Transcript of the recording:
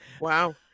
Wow